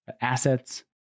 assets